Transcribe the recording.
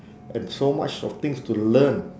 and so much of things to learn